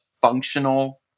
functional